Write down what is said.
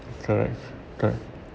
correct correct